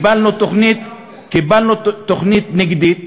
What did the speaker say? קיבלנו תוכנית נגדית.